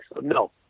no